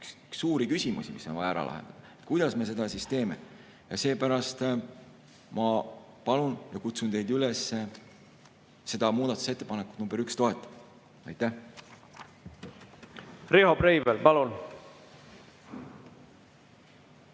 suuri küsimusi, mis on vaja ära lahendada, kuidas me seda teeme. Seepärast ma palun teid ja kutsun üles seda muudatusettepanekut nr 1 toetama. Aitäh! Riho Breivel, palun!